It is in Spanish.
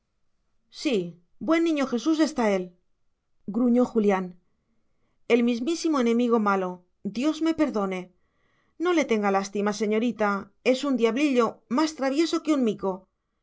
sí buen niño jesús está él gruñó julián el mismísimo enemigo malo dios me perdone no le tenga lástima señorita es un diablillo más travieso que un mico